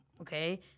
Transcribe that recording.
okay